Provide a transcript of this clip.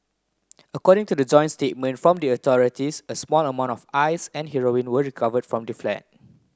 according to the joint statement from the authorities a small amount of ice and heroin were recovered from the flat